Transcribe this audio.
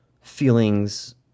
feelings